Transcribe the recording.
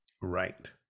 Right